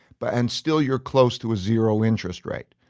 but and still you're close to a zero interest rate.